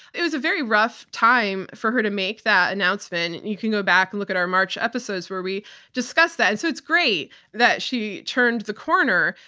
it was a very rough time for her to make that announcement. you can go back and look at our march episodes where we discuss that. and so it's great that she turned the corner,